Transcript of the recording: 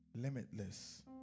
limitless